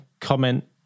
comment